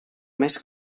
mes